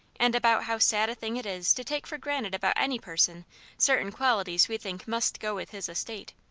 and about how sad a thing it is to take for granted about any person certain qualities we think must go with his estate.